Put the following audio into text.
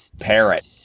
parrot